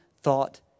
thought